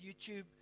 YouTube